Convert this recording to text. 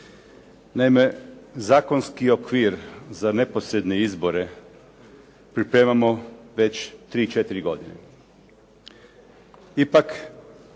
Naime, zakonski okvir za neposredne izbore pripremamo već tri,